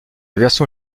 version